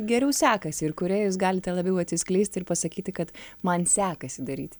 geriau sekasi ir kurioje jūs galite labiau atsiskleisti ir pasakyti kad man sekasi daryti